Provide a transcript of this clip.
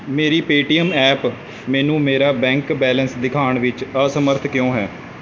ਮੇਰੀ Paytm app ਮੈਨੂੰ ਮੇਰਾ ਬੈਂਕ ਬੈਲੇਂਸ ਦਿਖਾਉਣ ਵਿੱਚ ਅਸਮਰੱਥ ਕਿਉਂ ਹੈ